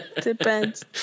depends